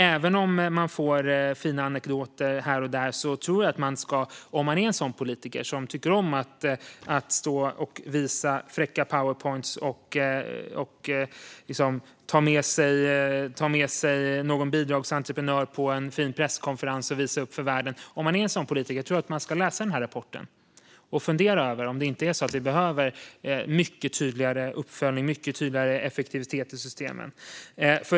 Även om man får fina anekdoter här och där tror jag att om man är en sådan politiker som tycker om att visa fräcka Powerpointpresentationer och ta med sig någon bidragsentreprenör på en fin presskonferens och visa upp för världen, då ska man läsa den här rapporten och fundera över om det inte är så att vi behöver mycket tydligare uppföljning och effektivitet i systemen.